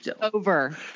Over